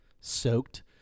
soaked